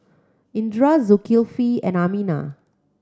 Indra Zulkifli and Aminah